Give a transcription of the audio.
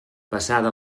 passada